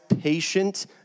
patient